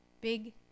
big